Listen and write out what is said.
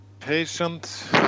Patient